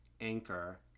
Anchor